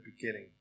beginning